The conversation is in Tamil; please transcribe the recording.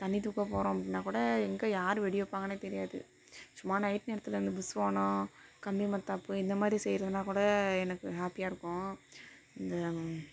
தண்ணி தூக்க போகிறோம் அப்படின்னாக்கூட எங்கே யார் வெடி வப்பாங்கனே தெரியாது சும்மா நைட் நேரத்தில் இந்த புஸ்வானம் கம்பி மத்தாப்பு இதை மாதிரி செய்கிறதுனாக்கூட எனக்கு ஹாப்பியாக இருக்கும் இந்த